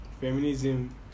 feminism